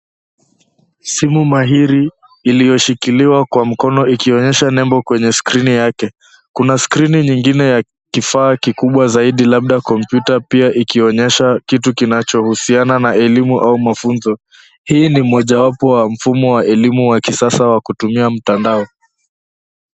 Simu mahiri iliyoshikiliwa kwa mkono ikionyesha nembo kwenye skrini yake, kuna skrini nyingine ya kifaa kikubwa zaidi labda kompyuta pia ikionyesha kitu kinachohusiana na elimu au mafunzo, Hii ni mmoja wapo wa mfumo wa elimu wa kisasa wa kutumia mtandao.